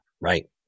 Right